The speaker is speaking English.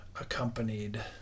accompanied